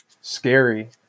scary